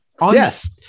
yes